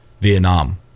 Vietnam